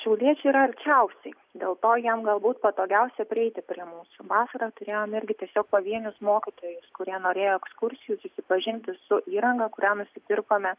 šiauliečiai yra arčiausiai dėl to jiem galbūt patogiausia prieiti prie mūsų vasarą turėjom irgi tiesiog pavienius mokytojus kurie norėjo ekskursijų susipažinti su įranga kurią nusipirkome